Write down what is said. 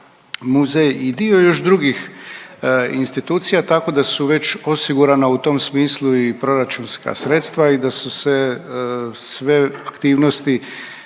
muzej i dio još drugih institucija tako da su već osigurana u tom smislu i proračunska sredstva i da su se sve aktivnosti